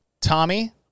Tommy